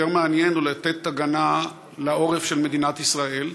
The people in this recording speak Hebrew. יותר מעניין לתת הגנה לעורף של מדינת ישראל,